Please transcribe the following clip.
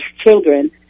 children